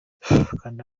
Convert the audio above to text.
kanda